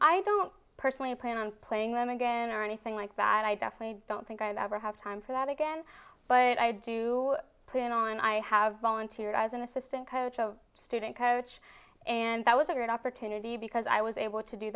i don't personally plan on playing them again or anything like that and i definitely don't think i'll ever have time for that again but i do plan on i have volunteered as an assistant coach a student coach and that was a great opportunity because i was able to do